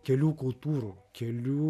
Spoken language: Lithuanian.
kelių kultūrų kelių